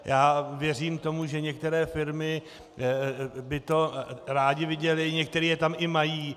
Já věřím tomu, že některé firmy by to rády viděly, některé je tam i mají.